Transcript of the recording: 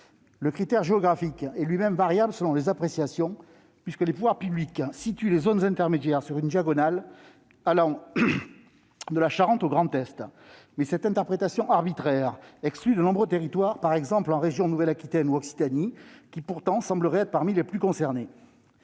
Le critère géographique est lui-même variable selon les appréciations, puisque les pouvoirs publics situent les zones intermédiaires sur une diagonale allant de la Charente au Grand Est. Cette interprétation arbitraire exclut toutefois de nombreux territoires, par exemple dans les régions Nouvelle-Aquitaine ou Occitanie qui, pourtant, sembleraient être parmi les plus concernées.